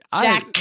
Jack